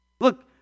Look